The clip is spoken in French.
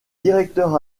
directeur